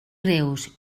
greus